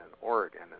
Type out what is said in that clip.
Oregon